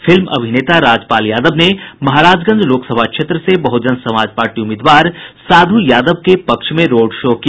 film अभिनेता राजपाल यादव ने महाराजगंज लोकसभा क्षेत्र से बहुजन समाज पार्टी उम्मीदवार साधु यादव के पक्ष में रोड शो किया